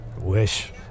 Wish